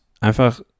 einfach